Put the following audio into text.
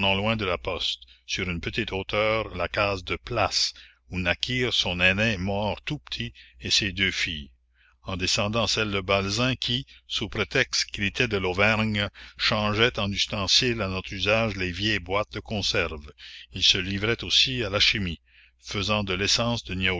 loin de la poste sur une petite hauteur la case de place où naquirent son aîné mort tout petit et ses deux filles en descendant celle de balzen qui sous prétexte qu'il était de l'auvergne changeait en ustensiles à notre usage les vieilles boîtes de conserve il se livrait aussi à la chimie faisant de l'essence de